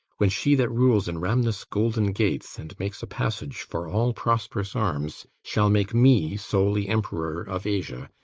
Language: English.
when she that rules in rhamnus' golden gates, and makes a passage for all prosperous arms, shall make me solely emperor of asia,